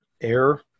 air